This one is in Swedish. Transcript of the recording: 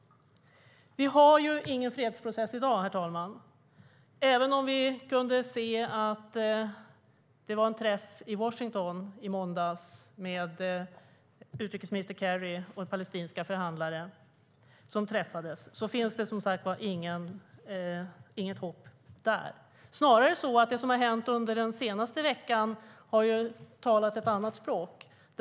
Vi har ingen fredsprocess i dag, herr talman. Även om vi kunde se en träff mellan utrikesminister Kerry och palestinska förhandlare i Washington i måndags finns det inget hopp där. Snarare har det som har hänt under den senaste veckan talat ett annat språk.